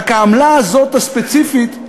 רק העמלה הזאת, הספציפית,